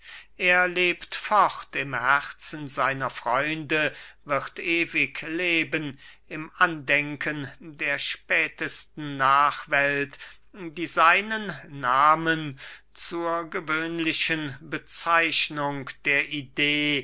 er lebt fort im herzen seiner freunde wird ewig leben im andenken der spätesten nachwelt die seinen nahmen zur gewöhnlichen bezeichnung der idee